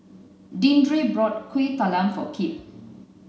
Deandre bought Kuih Talam for Kipp